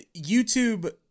YouTube